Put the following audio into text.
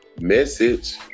Message